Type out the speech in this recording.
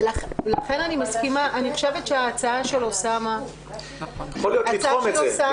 ולכן אני חושבת שההצעה של אוסאמה --- לתחום את זה,